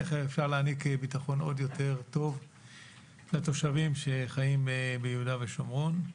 איך אפשר להעניק ביטחון עוד יותר טוב לתושבים שחיים ביהודה ושומרון.